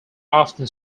often